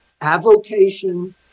avocation